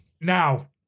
Now